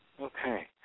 Okay